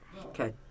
Okay